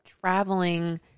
traveling